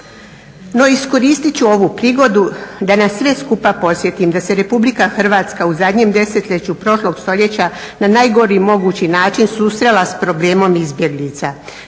No iskoristit ću ovu prigodu da nas sve skupa podsjetim da se RH u zadnjem desetljeću prošlog stoljeća na najgori mogući način susrela s problemom izbjeglica.